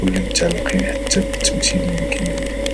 واللي متعلقين حتى بالتمثيل اللي كيدير